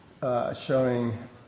showing